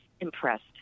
impressed